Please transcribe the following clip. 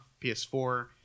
PS4